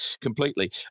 completely